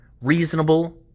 reasonable